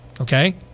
okay